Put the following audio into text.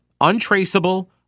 Untraceable